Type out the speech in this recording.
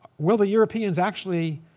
will the europeans actually